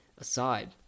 aside